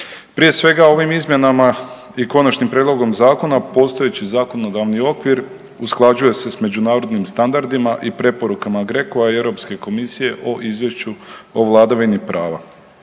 Prije svega ovim izmjenama i konačnim prijedlogom zakona postojeći zakonodavni okvir usklađuje se s međunarodnim standardima i preporukama GROCO-a i Europske komisije o izvješću o vladavini prava.